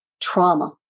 trauma